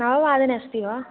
नववादने अस्ति वा